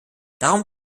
darum